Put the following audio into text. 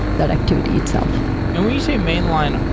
that activity itself and when you say mainline,